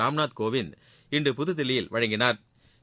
ராம்நாத் கோவிந்த் இன்று புததில்லியில் வழங்கினா்